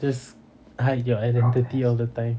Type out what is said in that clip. just hide your identity all the time